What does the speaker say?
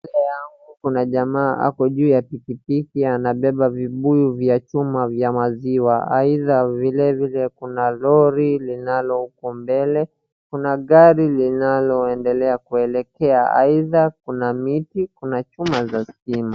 Mbele yangu kuna jamaa ako juu ya pikipiki. Anabeba vibuyu vya chuma vya maziwa. Aidha vilevile kuna lori linalo huku mbele. Kuna gari linaloendelea kuelekea aidha kuna miti, kuna chuma za stima.